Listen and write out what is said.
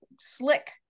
slick